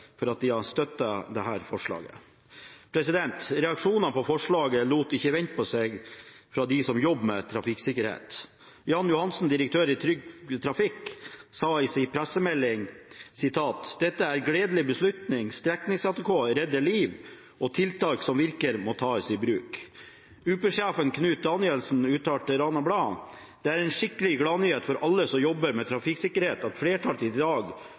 for at de støtter forslaget. Reaksjonene på forslaget lot ikke vente på seg fra dem som jobber med trafikksikkerhet. Jan Johansen, direktør i Trygg Trafikk, sa i sin pressemelding: «Dette er en gledelig beslutning. Streknings-ATK redder liv, og tiltak som virker må tas i bruk.» UP-sjef Knut Danielsen uttalte til Rana Blad: «Det er en skikkelig gladnyhet for alle som jobber for trafikksikkerhet at flertallet i transport- og kommunikasjonskomiteen i dag